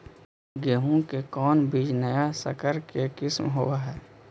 गेहू की कोन बीज नया सकर के किस्म होब हय?